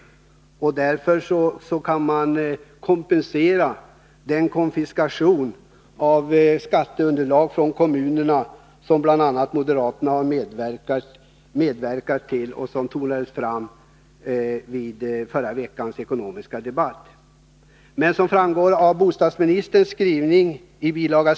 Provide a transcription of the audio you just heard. På det här sättet kan man kompensera den konfiskation av skatteunderlag från kommunerna som moderaterna har medverkat till och som debatterades i förra veckans ekonomiska debatt. Men som framgår av bostadsministerns skrivning i bil.